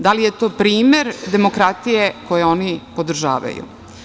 Da li je to primer demokratije koju oni podržavaju?